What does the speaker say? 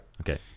Okay